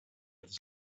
this